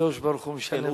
הקדוש-ברוך-הוא ישלם שכרם.